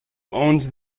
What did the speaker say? owns